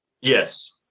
Yes